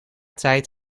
tijd